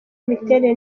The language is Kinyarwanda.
imiterere